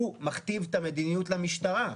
הוא מכתיב את המדיניות למשטרה.